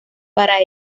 para